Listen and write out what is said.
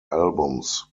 albums